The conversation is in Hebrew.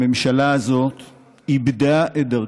הממשלה הזאת איבדה את דרכה.